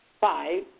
five